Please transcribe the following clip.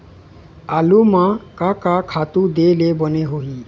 आलू म का का खातू दे ले बने होही?